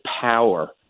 power